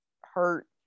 hurt